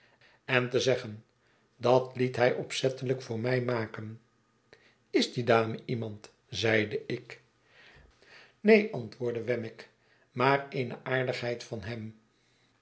en te zeggen dat liet hij opzettelijk voor mij maken is die dame iemand zeide ik neen antwoordde wemmick maar eene aardigheid van hem